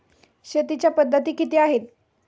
शेतीच्या पद्धती किती आहेत?